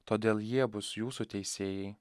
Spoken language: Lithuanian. todėl jie bus jūsų teisėjai